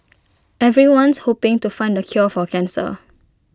everyone's hoping to find the cure for cancer